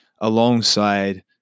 alongside